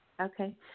Okay